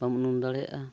ᱵᱟᱢ ᱩᱱᱩᱢ ᱫᱟᱲᱮᱭᱟᱜᱼᱟ